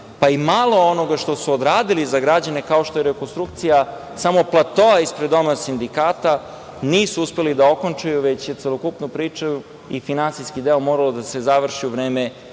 pa i malo onoga što su odradili za građane, kao što je rekonstrukcija samo platoa ispred Doma sindikata, nisu uspeli da okončaju, već je celokupnu priču i finansijski deo morao da se završi u vreme